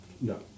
No